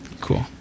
cool